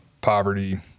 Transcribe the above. poverty